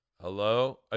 hello